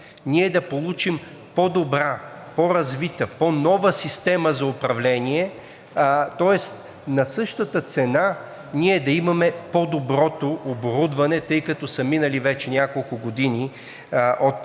ние да получим по-добра, по-развита, по-нова система за управление, тоест на същата цена ние да имаме по-доброто оборудване, тъй като са минали вече няколко години от подписването